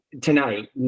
tonight